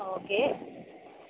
ஆ okay